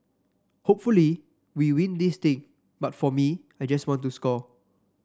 hopefully we win this thing but for me I just want to score